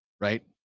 right